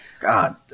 god